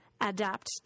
adapt